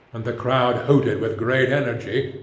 and the crowd hooted with great energy,